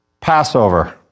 Passover